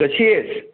कशी आहेस